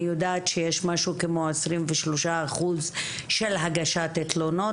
אני יודעת שיש משהו כמו עשרים ושלושה אחוז של הגשת תלונות.